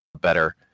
better